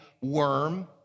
worm